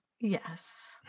Yes